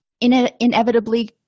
inevitably